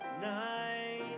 night